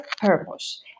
purpose